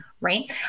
Right